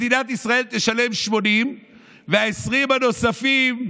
מדינת ישראל תשלם 80,000 וה-20,000 הנוספים,